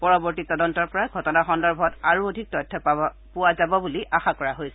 পৰৱৰ্তী তদন্তৰ পৰা ঘটনা সন্দৰ্ভত আৰু অধিক তথ্য পোৱা যাবা বুলি আশা কৰা হৈছে